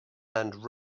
and